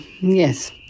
yes